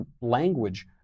language